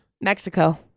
Mexico